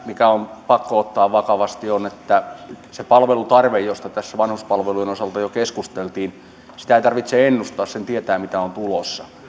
mikä on pakko ottaa vakavasti on se että sitä palvelutarvetta josta tässä vanhuspalvelujen osalta jo keskusteltiin ei tarvitse ennustaa sen tietää mitä on tulossa